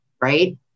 right